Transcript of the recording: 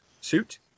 Suit